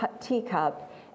teacup